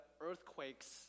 earthquakes